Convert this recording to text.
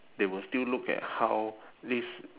they will still look at how this